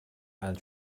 and